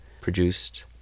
produced